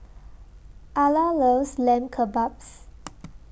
Ala loves Lamb Kebabs